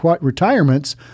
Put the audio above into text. retirements